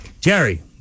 Jerry